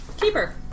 Keeper